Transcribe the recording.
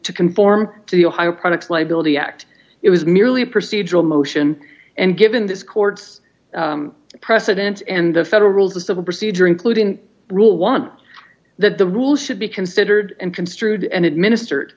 to conform to the ohio products liability act it was merely a procedural motion and given this court's precedents and the federal rules of civil procedure including rule want that the rule should be considered and construed and administered